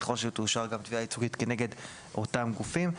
וככל שתאושר תביעה ייצוגית כנגד אותם גופים.